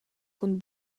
cun